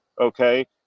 okay